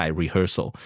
rehearsal